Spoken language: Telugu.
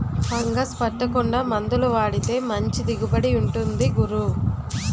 ఫంగస్ పట్టకుండా మందులు వాడితే మంచి దిగుబడి ఉంటుంది గురూ